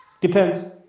Depends